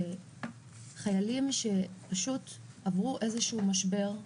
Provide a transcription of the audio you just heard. חיילים שפשוט עברו איזשהו משבר,